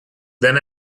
then